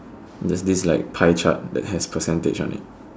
there's this like pie chart that has percentage on it